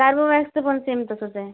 कार्बोवॅक्सचं पण सेम तसंच आहे